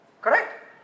Correct